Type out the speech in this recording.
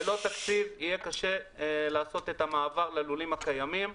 ללא תקציב יהיה קשה לעשות את המעבר ללולים הקיימים.